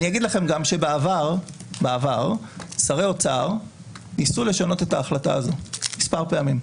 אגיד לכם גם שבעבר שרי אוצר ניסו לשנות את ההחלטה הזאת כמה פעמים.